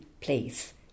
place